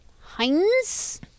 Heinz